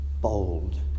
bold